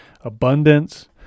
abundance